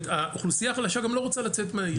האוכלוסייה החלשה גם לא רוצה לצאת מהעיר,